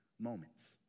moments